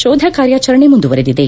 ಶೋಧ ಕಾರ್ಯಾಚರಣೆ ಮುಂದುವರೆದಿದೆ